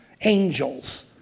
angels